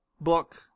book